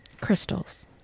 Crystals